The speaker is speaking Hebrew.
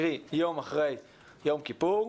קרי יום אחרי יום כיפור.